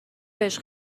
بهش